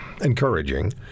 encouraging